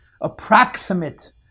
approximate